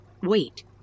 Wait